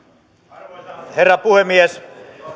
arvoisa herra puhemies